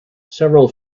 several